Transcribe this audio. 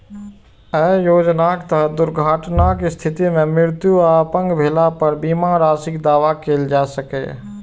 अय योजनाक तहत दुर्घटनाक स्थिति मे मृत्यु आ अपंग भेला पर बीमा राशिक दावा कैल जा सकैए